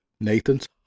Nathan's